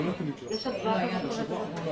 אולי ייצא טוב מזה,